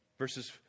Verses